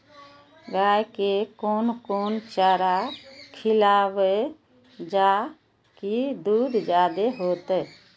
गाय के कोन कोन चारा खिलाबे जा की दूध जादे होते?